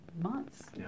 months